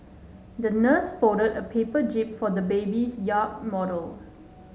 the nurse folded a paper jib for the baby's yacht model